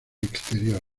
exterior